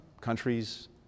countries